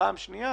פעם שנייה,